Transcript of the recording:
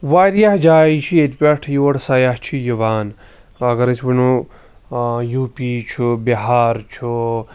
واریاہ جایہِ چھِ ییٚتہِ پٮ۪ٹھ یور سیاح چھِ یِوان اگر أسۍ وَنو یوٗپی چھُ بِہار چھُ